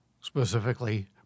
specifically